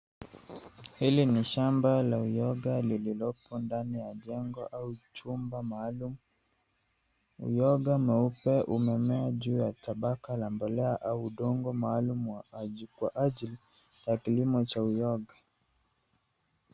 Hili ni shamba la uyoga lililopo ndani ya jengo au chumba maalumu. Uyoga mweupe umemea juu ya tabaka la mbolea au udongo maaluma wa aji kwa ajili ya kilimo cha uyoga.